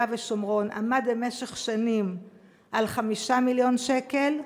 ושומרון עמד במשך שנים על 5 מיליון שקל,